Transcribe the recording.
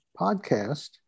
podcast